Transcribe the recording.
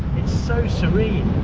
it's so serene,